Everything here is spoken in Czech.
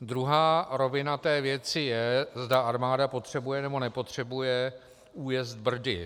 Druhá rovina té věci je, zda armáda potřebuje, nebo nepotřebuje újezd Brdy.